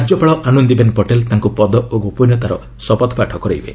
ରାଜ୍ୟପାଳ ଆନନ୍ଦିବେନ୍ ପଟେଲ୍ ତାଙ୍କୁ ପଦ ଓ ଗୋପନୀୟତାର ଶପଥପାଠ କରାଇବେ